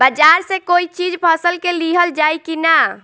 बाजार से कोई चीज फसल के लिहल जाई किना?